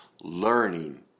learning